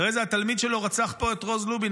אחרי זה התלמיד שלו רצח פה את רוז לובין,